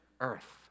earth